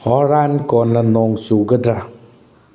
ꯍꯣꯔꯥꯟ ꯀꯣꯟꯅ ꯅꯣꯡ ꯆꯨꯒꯗ꯭ꯔꯥ